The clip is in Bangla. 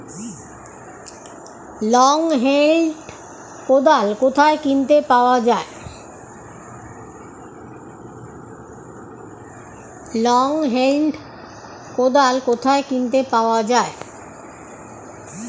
লং হেন্ড কোদাল কোথায় কিনতে পাওয়া যায়?